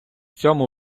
цьому